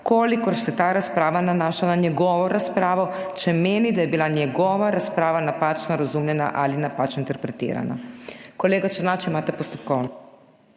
kolikor se ta razprava nanaša na njegovo razpravo, če meni, da je bila njegova razprava napačno razumljena ali napačno interpretirana.« Kolega Černač, imate postopkovno.